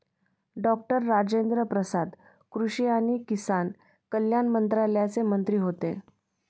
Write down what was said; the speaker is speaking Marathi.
डॉक्टर राजेन्द्र प्रसाद कृषी आणि किसान कल्याण मंत्रालयाचे मंत्री होते